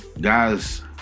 guys